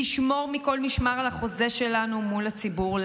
לשמור מכל משמר על החוזה שלנו מול הציבור,